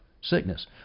sickness